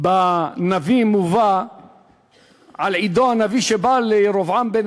בנביאים מובא על עדו הנביא שבא לירבעם בן